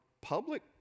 public